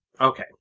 Okay